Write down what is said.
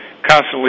Constantly